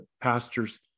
pastors